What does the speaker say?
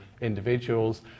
individuals